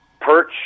perch